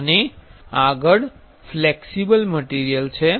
અને આગળ flexible material છે